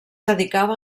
dedicava